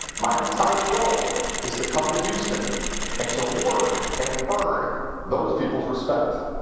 my entire goal is to come to houston and to work and earn those people's respect.